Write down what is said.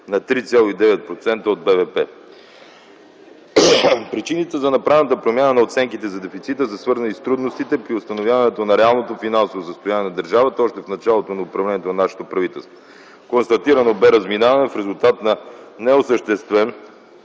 на 3,9% от БВП. Причините за направената промяна на оценките на дефицита са свързани с трудностите при установяването на реалното финансово състояние на държавата още в началото на управлението на нашето правителство. Констатирано бе разминаване в резултат на неосъществен